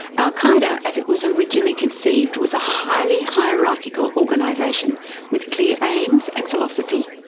al qaeda as it was originally conceived was a highly hierarchical organisation with clear aims and philosophy.